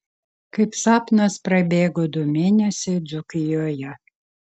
kaip sapnas prabėgo du mėnesiai dzūkijoje